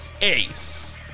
ace